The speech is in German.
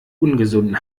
ungesunden